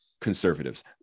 conservatives